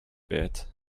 bit